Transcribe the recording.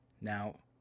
Now